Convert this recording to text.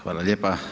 Hvala lijepa.